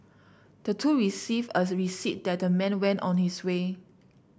the two received as receipt and the man went on his way